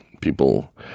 People